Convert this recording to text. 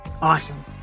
Awesome